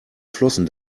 flossen